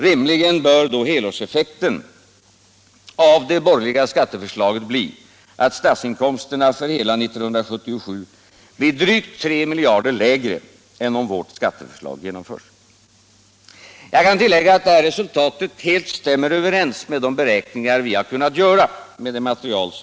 Rimligen bör då helårseffekten av det borgerliga skatteförslaget bli att statsinkomsterna för hela 1977 blir över 3 miljarder kronor lägre än om vårt skatteförslag genomförs. Jag kan tillägga att det här resultatet helt stämmer överens med de beräkningar vi kunnat göra.